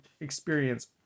experience